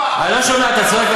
זרוק בפח, אני לא שומע, אתה צועק.